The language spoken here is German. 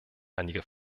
einige